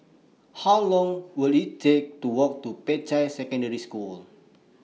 How Long Will IT Take to Walk to Peicai Secondary School